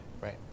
Right